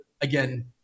again